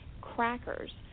crackers